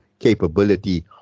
capability